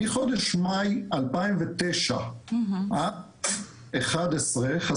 מחודש מאי 2009 עד 2011,